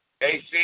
AC